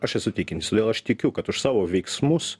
aš esu tikintis todėl aš tikiu kad už savo veiksmus